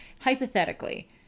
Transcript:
hypothetically